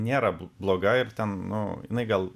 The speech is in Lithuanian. nėra b bloga ir ten nu jinai gal